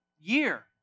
year